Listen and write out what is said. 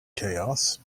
chaos